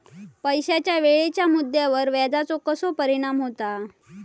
पैशाच्या वेळेच्या मुद्द्यावर व्याजाचो कसो परिणाम होता